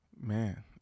man